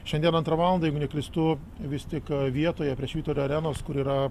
šiandien antrą valandą jeigu neklystu vis tik vietoje prie švyturio arenos kur yra